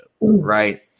Right